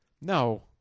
No